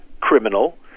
criminal